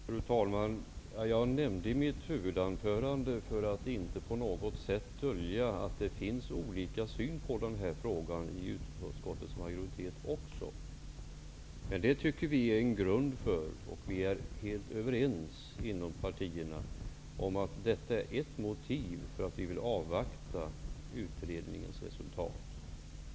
Fru talman! Jag nämnde i mitt huvudanförande att det finns olika syn på den här frågan hos utskottets majoritet också. Det vill jag inte på något sätt dölja. Men det tycker vi är en grund för att avvakta utredningens resultat. Vi är helt överens inom partierna om att detta.